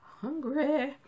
hungry